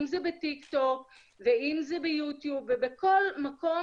אם זה בטיק טוק ואם זה ביו-טיוב ובכל מקום